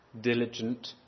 diligent